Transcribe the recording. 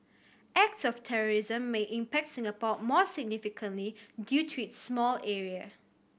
acts of terrorism may impact Singapore more significantly due to its small area